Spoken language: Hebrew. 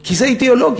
כי זאת אידיאולוגיה,